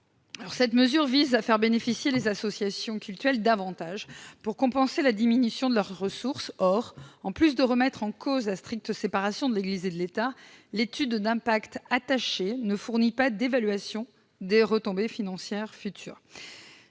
Cette mesure vise à faire bénéficier les associations cultuelles d'avantages pour compenser la diminution de leurs ressources. Or, outre que cela remet en cause la stricte séparation des églises et de l'État, l'étude d'impact ne fournit pas d'évaluation des retombées financières futures.